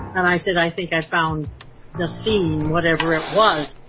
and i said, i think i found the scene, whatever it was